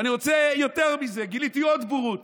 ואני רוצה יותר מזה, גיליתי עוד בורות.